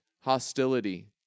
hostility